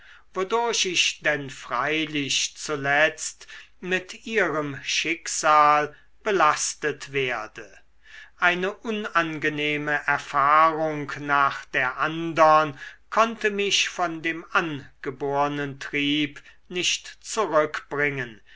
wodurch ich denn freilich zuletzt mit ihrem schicksal belastet werde eine unangenehme erfahrung nach der andern konnte mich von dem angebornen trieb nicht zurückbringen